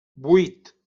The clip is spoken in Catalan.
vuit